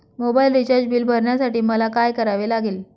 Mobile recharge bill भरण्यासाठी मला काय करावे लागेल?